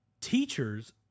Teachers